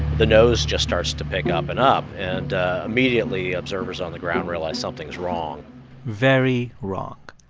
the nose just starts to pick up and up. and immediately, observers on the ground realize something is wrong very wrong.